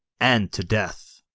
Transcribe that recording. and to death.